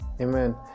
amen